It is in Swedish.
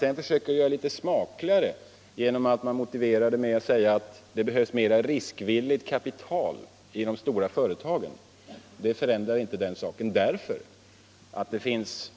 Sedan försöker man göra det litet smakligare genom att motivera det med att det behövs mera riskvilligt kapital i de stora företagen. Men det förändrar ingenting, för det finns